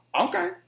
okay